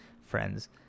friends